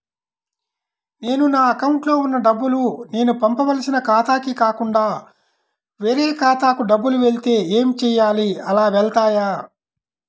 నేను నా అకౌంట్లో వున్న డబ్బులు నేను పంపవలసిన ఖాతాకి కాకుండా వేరే ఖాతాకు డబ్బులు వెళ్తే ఏంచేయాలి? అలా వెళ్తాయా?